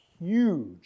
huge